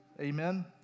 Amen